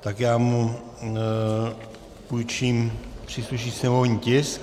Tak já mu půjčím příslušný sněmovní tisk,